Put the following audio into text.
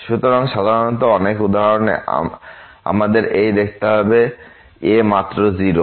সুতরাং সাধারণত অনেক উদাহরণ এ আমাদের এই দেখতে হবে a মাত্র 0